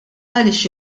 għaliex